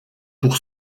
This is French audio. pour